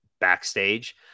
backstage